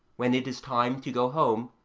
when it is time to go home,